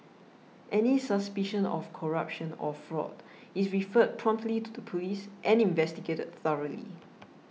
any suspicion of corruption or fraud is referred promptly to the Police and investigated thoroughly